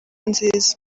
nziza